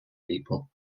people